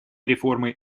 реформы